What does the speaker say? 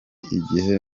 igihe